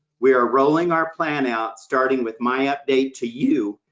we are rolling our plan out, starting with my update to you,